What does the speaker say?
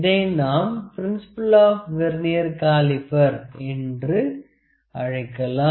இதை நாம் principle of vernier caliper என்று அழைக்கலாம்